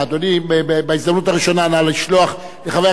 בהזדמנות הראשונה נא לשלוח לחבר הכנסת אלדד